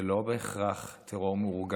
זה לא בהכרח טרור מאורגן,